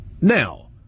Now